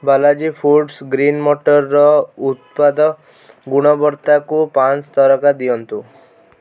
Balaji foods green ମଟରର ଉତ୍ପାଦ ଗୁଣବତ୍ତାକୁ ପାଞ୍ଚ ତାରକା ଦିଅନ୍ତୁ